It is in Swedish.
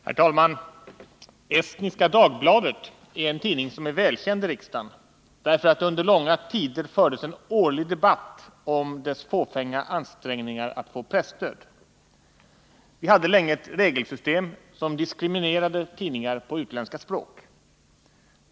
Herr talman! Estniska Dagbladet är en tidning som är välkänd i riksdagen därför att det under långa tider fördes en årlig debatt om dess fåfänga ansträngningar att få presstöd. Vi hade länge ett regelsystem som diskriminerade tidningar på utländska språk.